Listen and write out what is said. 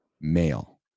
male